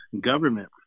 government